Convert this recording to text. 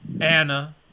Anna